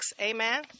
Amen